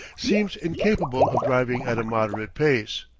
seems incapable of driving at a moderate pace.